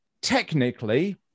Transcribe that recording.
technically